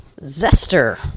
zester